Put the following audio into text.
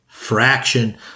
fraction